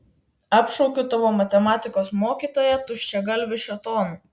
apšaukiu tavo matematikos mokytoją tuščiagalviu šėtonu